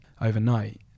overnight